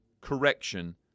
correction